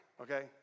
Okay